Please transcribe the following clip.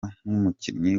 nk’umukinnyi